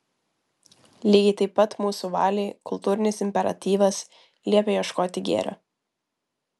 lygiai taip pat mūsų valiai kultūrinis imperatyvas liepia ieškoti gėrio